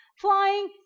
flying